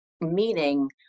meaning